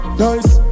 nice